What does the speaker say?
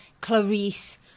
Clarice